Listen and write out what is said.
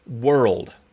world